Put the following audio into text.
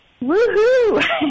Woohoo